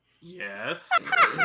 Yes